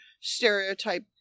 stereotype